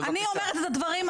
אני אמרת את הדברים,